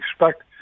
expect